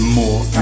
more